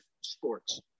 sports